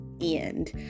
end